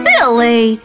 Billy